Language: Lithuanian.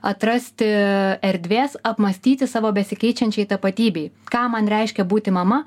atrasti erdvės apmąstyti savo besikeičiančiai tapatybei ką man reiškia būti mama